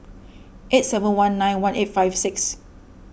eight seven one nine one eight five six